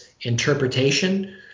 interpretation